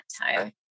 time